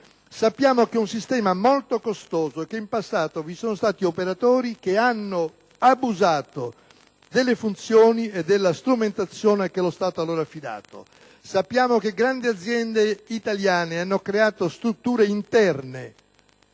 Sappiamo che è un sistema molto costoso e che in passato vi sono stati operatori che hanno abusato delle funzioni e della strumentazione che lo Stato ha loro affidato. Sappiamo che grandi aziende italiane hanno creato strutture interne